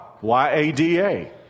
Y-A-D-A